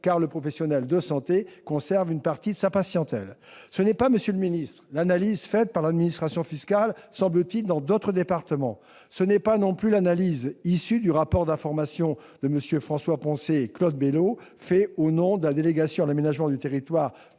car le professionnel de santé conserve une partie de sa patientèle. Telle n'est pas, semble-t-il, monsieur le secrétaire d'État, l'analyse faite par l'administration fiscale dans d'autres départements. Telle n'est pas non plus l'analyse issue du rapport d'information n° 468 de MM. Jean François-Poncet et Claude Belot, fait au nom de la délégation à l'aménagement du territoire